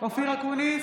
אופיר אקוניס,